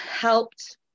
helped